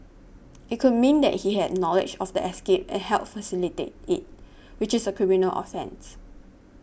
it could mean that he had knowledge of the escape and helped facilitate it which is a criminal offence